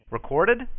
Recorded